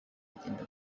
agenda